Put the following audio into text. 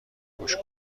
گوش